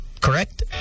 Correct